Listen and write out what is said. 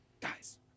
guys